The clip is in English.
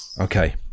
Okay